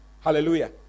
Hallelujah